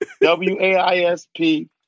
W-A-I-S-P